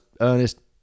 Ernest